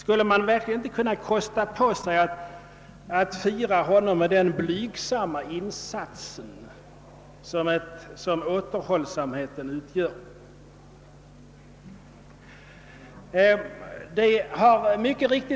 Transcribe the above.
Kan man verkligen inte kosta på sig att fira honom med den blygsamma insats som någon avhållsamhet under några dagar av året utgör?